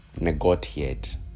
negotiate